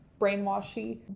brainwashy